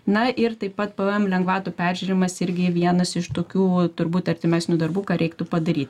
na ir taip pat pvm lengvatų peržiūrėjimas irgi vienas iš tokių turbūt artimesnių darbų ką reiktų padary